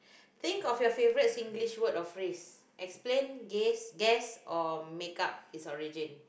think of your favorite Singlish word or phrase explain gays guess or make up its origin